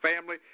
family